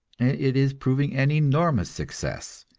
and it is proving an enormous success.